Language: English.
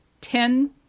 ten